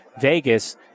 Vegas—